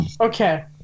Okay